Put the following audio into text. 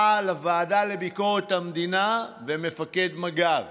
לוועדה לביקורת המדינה מפכ"ל המשטרה ומפקד מג"ב